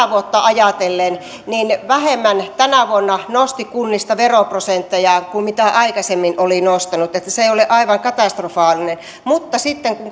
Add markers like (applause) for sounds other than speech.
(unintelligible) vuotta ajatellen niin vähemmän kuntia nosti tänä vuonna veroprosenttejaan kuin mitä aikaisemmin oli nostanut niin että se tilanne ei ole aivan katastrofaalinen mutta sitten kun (unintelligible)